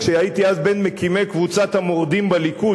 כשהייתי אז בין מקימי קבוצת המורדים בליכוד,